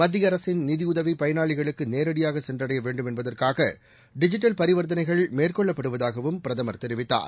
மத்திய அரசின் நிதியுதவி பயனாளிகளுக்கு நேரடியாக சென்றடைய வேண்டும் என்பதற்காக டிஜிட்டல் பரிவர்த்தனைகள் மேற்கொள்ளப்படுவதாகவும் பிரதமர் தெரிவித்தார்